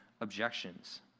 objections